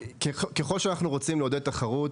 ככל שאנחנו רוצים לעודד תחרות,